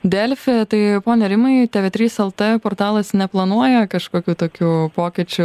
delfi tai pone rimai tv trys lt portalas neplanuoja kažkokių tokių pokyčių